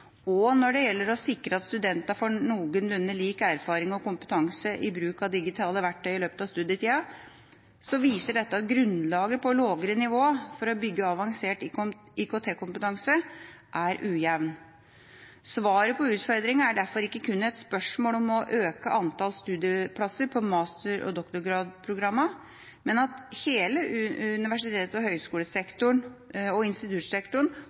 og når det gjelder å sikre at studentene får noenlunde lik erfaring og kompetanse i bruk av digitale verktøy i løpet av studietida, viser dette at grunnlaget på lavere nivå for å bygge avansert IKT-kompetanse er ujevn. Svaret på utfordringa er derfor ikke kun et spørsmål om å øke antall studieplasser på master- og doktorgradsprogrammene, men at hele universitets- og høyskolesektoren og instituttsektoren